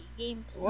games